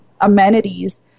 amenities